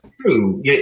True